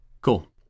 Cool